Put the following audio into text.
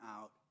out